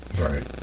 Right